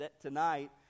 tonight